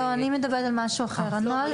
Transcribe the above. לא, אני מדברת על משהו אחר.